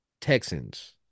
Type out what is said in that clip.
Texans